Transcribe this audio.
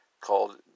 called